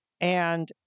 And-